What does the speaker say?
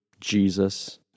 Jesus